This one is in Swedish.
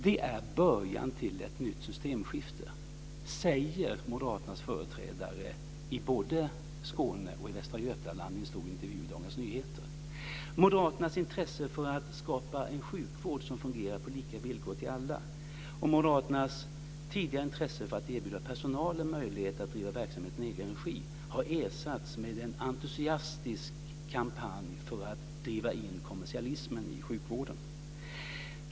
Det är början till ett nytt systemskifte, säger Moderaternas företrädare i både Skåne och i Västra Götaland i en stor intervju i Dagens Nyheter. Moderaternas intresse för att skapa en sjukvård som fungerar på lika villkor för alla och Moderaternas tidigare intresse för att erbjuda personalen möjlighet att driva verksamheten i egen regi har ersatts av en entusiastisk kampanj för att driva in kommersialismen i sjukvården.